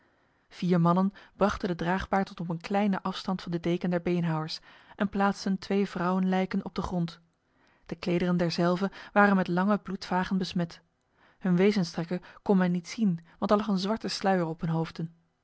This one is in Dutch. vier mannen brachten de draagbaar tot op een kleine afstand van de deken der beenhouwers en plaatsten twee vrouwenlijken op de grond de klederen derzelve waren met lange bloedvagen besmet hun wezenstrekken kon men niet zien want er lag een zwarte sluier op hun hoofden